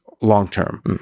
long-term